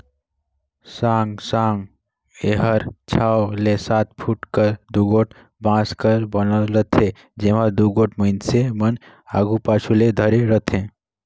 साँगा साँगा एहर छव ले सात फुट कर दुगोट बांस कर बनल रहथे, जेम्हा दुगोट मइनसे मन आघु पाछू ले धरे रहथे